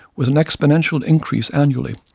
with an exponential increase annually,